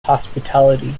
hospitality